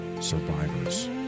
survivors